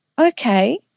okay